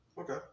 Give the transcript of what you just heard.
Okay